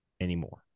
anymore